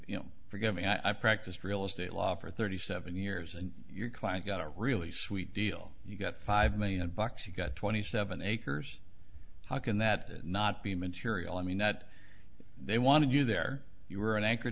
you know forgive me i practiced real estate law for thirty seven years and your client got a really sweet deal you got five million bucks you got twenty seven acres how can that not be material i mean that they wanted you there you were an anchor